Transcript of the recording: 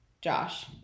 Josh